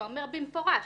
שאומר במפורש: